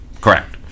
correct